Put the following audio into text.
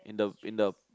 in the in the